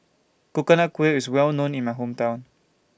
Coconut Kuih IS Well known in My Hometown